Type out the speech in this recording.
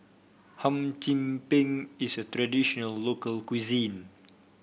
Hum Chim Peng is a traditional local cuisine